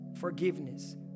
forgiveness